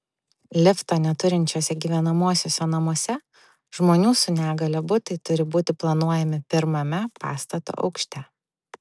lifto neturinčiuose gyvenamuosiuose namuose žmonių su negalia butai turi būti planuojami pirmame pastato aukšte